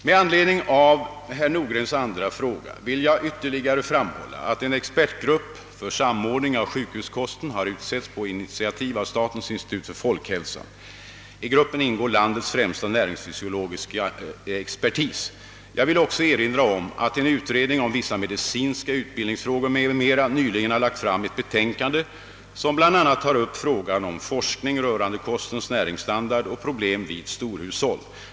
Med anledning av herr Nordgrens andra fråga vill jag ytterligare framhålla, att en expertgrupp för samordning av sjukhuskosten har utsetts på initiativ av statens institut för folkhälsan. I gruppen ingår landets främsta näringsfysiologiska expertis. Jag vill också erinra om att en utredning om vissa medicinska = utbildningsfrågor m.m. nyligen har lagt fram ett betänkande, som bl.a. tar upp frågan om forskning rörande kostens näringsstandard och problem vid storhushåll.